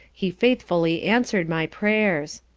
he faithfully answer'd my prayers.